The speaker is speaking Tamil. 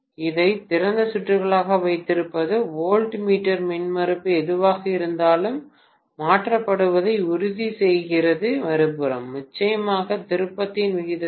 இதை திறந்த சுற்றுகளாக வைத்திருப்பது வோல்ட்மீட்டர் மின்மறுப்பு எதுவாக இருந்தாலும் மாற்றப்படுவதை உறுதி செய்கிறது மறுபுறம் நிச்சயமாக திருப்பத்தின் விகிதத்துடன்